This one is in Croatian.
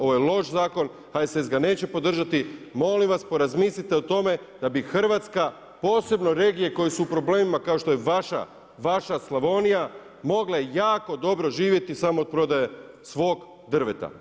Ovo je loš zakon, HSS ga neće podržati, molim vas porazmislite o tome da bi Hrvatska posebno regije koje su u problemima kao što je vaša Slavonija mogle jako dobro živjeti samo od prodaje svog drveta.